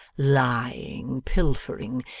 lying, pilfering,